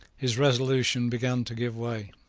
his resolution began to give way.